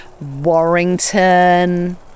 Warrington